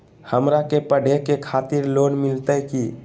हमरा के पढ़े के खातिर लोन मिलते की?